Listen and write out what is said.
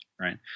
Right